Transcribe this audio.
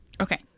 Okay